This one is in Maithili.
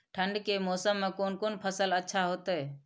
ठंड के मौसम में कोन कोन फसल अच्छा होते?